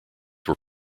were